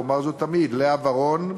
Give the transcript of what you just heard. ואומר זאת תמיד, לאה ורון,